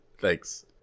Thanks